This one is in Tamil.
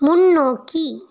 முன்னோக்கி